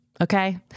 Okay